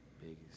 Biggest